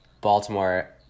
Baltimore